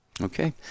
Okay